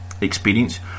experience